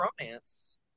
romance